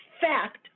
fact